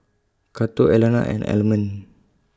Cato Alannah and Almond